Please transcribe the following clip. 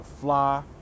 fly